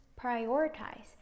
prioritize